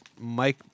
Mike